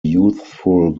youthful